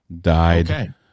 died